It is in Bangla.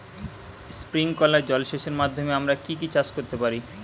স্প্রিংকলার জলসেচের মাধ্যমে আমরা কি কি চাষ করতে পারি?